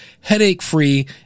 headache-free